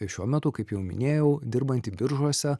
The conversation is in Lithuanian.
šiuo metu kaip jau minėjau dirbanti biržuose